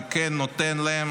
וכן נותן להם